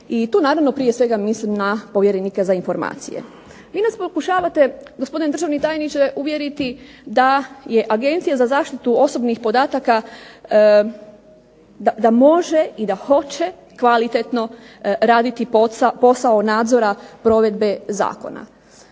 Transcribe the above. i tu naravno prije svega mislim na povjerenika za informacije. Vi nas pokušavate gospodine državni tajniče uvjeriti da je Agencija za zaštitu osobnih podataka, da može i da hoće kvalitetno raditi posao nadzora provedbe zakona.